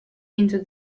into